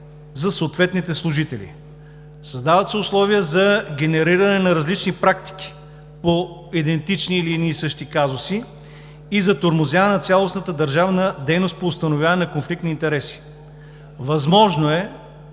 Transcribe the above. за съответните служители. Създават се условия за генериране на различни практики по идентични или едни и същи казуси и затормозяване на цялостната държавна дейност по установяване на конфликт на интереси. Възможно е,